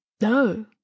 No